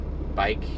bike